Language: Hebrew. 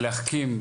להחכים,